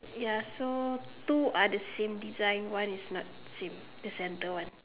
ya so two are the same design one is not same the center one